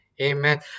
amen